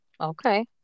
okay